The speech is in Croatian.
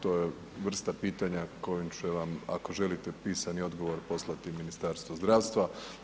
To je vrsta pitanja kojim će vam ako želite pisani odgovor poslati Ministarstvo zdravstva.